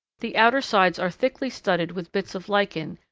the outer sides are thickly studded with bits of lichen,